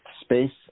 space